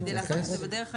וכדי לעשות את זה בדרך הנכונה.